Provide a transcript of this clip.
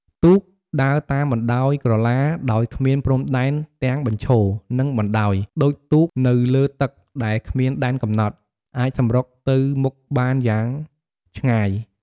ទូក ដើរតាមបណ្តោយក្រឡាដោយគ្មានព្រំដែនទាំងបញ្ឈរ និងបណ្តាយ ដូចទូកនៅលើទឹកដែលគ្មានដែនកំណត់ អាចសម្រុកទៅមុខបានយ៉ាងឆ្ងាយ។